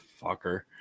fucker